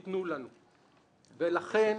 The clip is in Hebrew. לכן,